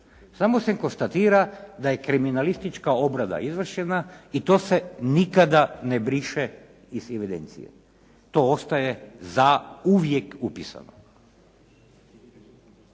Samo se konstatira da je kriminalistička obrada izvršena i to se nikada ne briše iz evidencije. To ostaje zauvijek upisano.